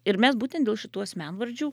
ir mes būtent dėl šitų asmenvardžių